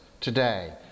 today